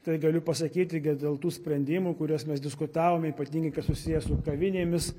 tai galiu pasakyti kad dėl tų sprendimų kuriuos mes diskutavome ypatingai kas susiję su kavinėmis